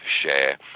share